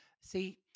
See